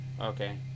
Okay